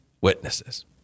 witnesses